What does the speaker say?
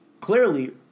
clearly